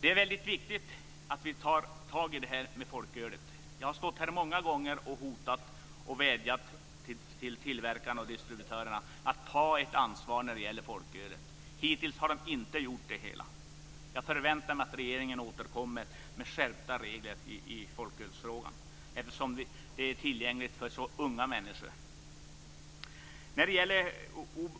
Det är viktigt att vi tar tag i det här med folkölet. Jag har stått här många gånger och hotat och vädjat till tillverkarna och distributörerna när det gäller att de ska ta sitt ansvar för folkölet. Hittills har de inte gjort det. Jag förväntar mig att regeringen återkommer med skärpta regler när det gäller folkölsfrågan, eftersom folkölet är tillgängligt för så unga människor. När det gäller